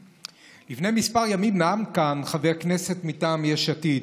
לפני כמה ימים נאם כאן חבר כנסת מטעם יש עתיד,